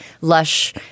lush